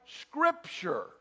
scripture